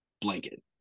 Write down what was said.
blanket